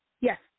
Yes